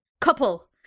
Couple